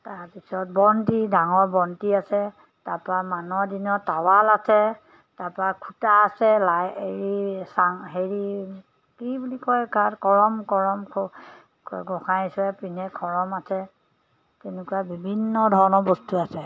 তাৰপিছত বন্তি ডাঙৰ বন্তি আছে তাৰপৰা মানৰ দিনৰ টাৱাল আছে তাৰপৰা খুটা আছে লাই হেৰি চাং হেৰি কি বুলি কয় কাৰ কৰম কৰম খো গোঁসাই ঈশ্বৰে পিন্ধে খৰম আছে তেনেকুৱা বিভিন্ন ধৰণৰ বস্তু আছে